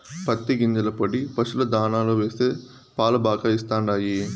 పత్తి గింజల పొడి పశుల దాణాలో వేస్తే పాలు బాగా ఇస్తండాయి